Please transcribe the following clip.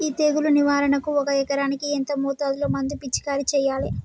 ఈ తెగులు నివారణకు ఒక ఎకరానికి ఎంత మోతాదులో మందు పిచికారీ చెయ్యాలే?